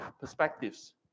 perspectives